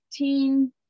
15